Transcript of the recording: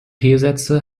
sätze